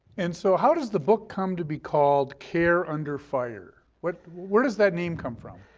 and so how does the book come to be called care under fire? where where does that name come from?